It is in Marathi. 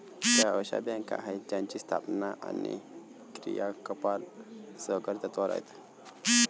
त्या अशा बँका आहेत ज्यांची स्थापना आणि क्रियाकलाप सहकारी तत्त्वावर आहेत